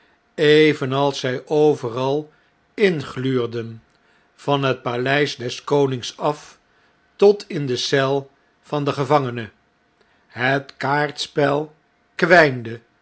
evenals zjj overal ingluurden van het paleis des konings af tot in de eel van den gevangene het kaartspel kwijnde